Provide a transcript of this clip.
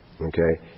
Okay